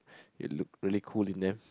they look really cool in them